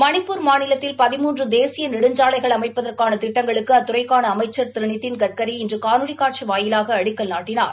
மணிப்பூர் மாநிலத்தில் தேசிய நெடுஞ்சாலைகள் அமைப்பதற்கான திட்டங்களுக்கு அத்துறைக்கான அமைச்சர் திரு நிதின் கட்கரி இன்று காணொலி காட்சி வாயிலாக அடிக்கல் நாட்டினார்